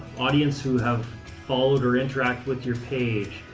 audience who have followed or interact with your page,